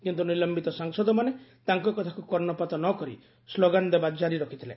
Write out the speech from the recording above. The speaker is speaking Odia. କିନ୍ତୁ ନିଲମ୍ବିତ ସାଂସଦମାନେ ତାଙ୍କ କଥାକୁ କର୍ଣ୍ଣପାତ ନ କରି ସ୍କୋଗାନ ଦେବା ଜାରି ରଖିଥିଲେ